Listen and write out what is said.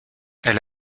elle